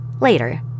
Later